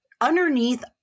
underneath